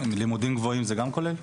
לימודים גבוהים זה גם כולל?